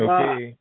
Okay